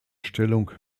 stellung